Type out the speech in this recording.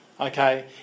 Okay